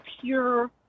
pure